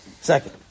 second